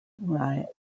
Right